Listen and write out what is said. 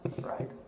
Right